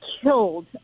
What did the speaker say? killed